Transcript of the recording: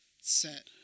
set